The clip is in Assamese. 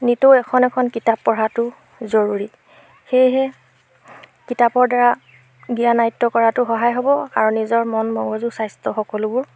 নিতৌ এখন এখন কিতাপ পঢ়াটো জৰুৰী সেয়েহে কিতাপৰ দ্বাৰা জ্ঞান আয়ত্ব কৰাটো সহায় হ'ব আৰু নিজৰ মন মগজু স্বাস্থ্য সকলোবোৰ